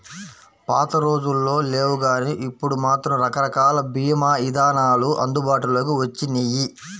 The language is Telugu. పాతరోజుల్లో లేవుగానీ ఇప్పుడు మాత్రం రకరకాల భీమా ఇదానాలు అందుబాటులోకి వచ్చినియ్యి